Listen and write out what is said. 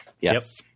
Yes